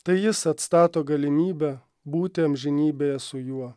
tai jis atstato galimybę būti amžinybėje su juo